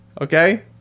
Okay